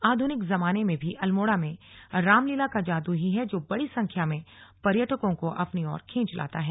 आधुनिक जमाने में भी अल्मोड़ा में रामलीला का जादू ही है जो बड़ी संख्या में पर्यटकों को अपनी ओर खीच लाता है